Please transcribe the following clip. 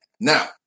Now